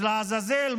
אז לעזאזל,